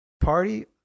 party